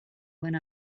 when